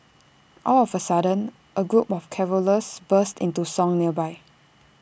all of A sudden A group of carollers burst into song nearby